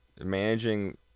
managing